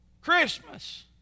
Christmas